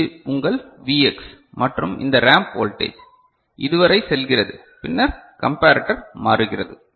இது உங்கள் Vx மற்றும் இந்த ரேம்ப் வோல்டேஜ் இது வரை செல்கிறது பின்னர் கம்பரட்டர் மாறுகிறது